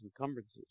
encumbrances